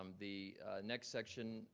um the next section,